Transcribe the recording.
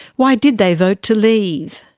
why did they vote to leave?